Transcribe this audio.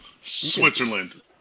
Switzerland